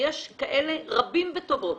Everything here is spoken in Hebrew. ויש כאלה רבות וטובות